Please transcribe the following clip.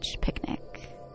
picnic